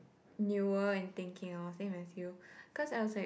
newer in thinking lor same as you cause I was like